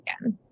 again